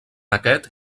aquest